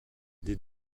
des